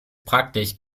praktisch